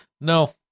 No